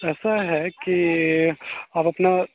अइसा है कि हम अपना